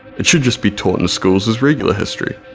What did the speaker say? it should just be taught in the schools as regular history.